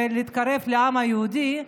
ולהתקרב לעם היהודי,